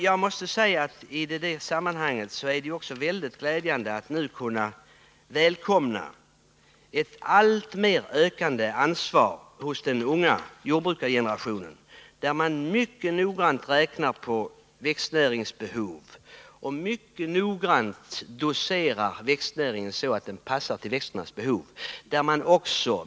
Nr 33 Det är också mycket glädjande att nu kunna välkomna ett alltmer ökande Onsdagen den ansvar hos den unga jordbrukargenerationen, som mycket noggrant räknar ut 21 november 1979 växtnäringsbehov och mycket noggrant doserar växtnäringen så att den passar växternas behov.